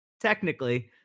technically